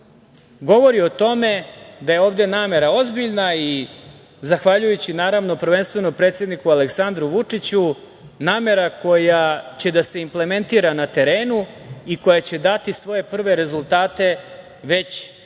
govori o tome da je ovde namera ozbiljna i zahvaljujući prvenstveno Aleksandru Vučiću namera koja će da se implementira na terenu i koja će dati svoje prve rezultate već za